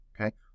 okay